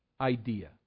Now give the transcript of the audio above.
idea